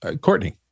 Courtney